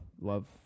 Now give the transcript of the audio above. love